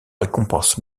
récompense